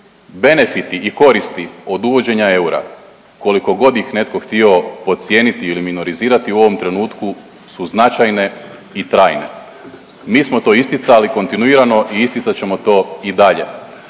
Benefiti i koristi od uvođenja eura koliko god ih netko htio podcijeniti ili minorizirati u ovom trenutku su značajne i trajne. Mi smo to isticali kontinuirano i isticat ćemo to i dalje.